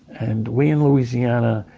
and we in louisiana,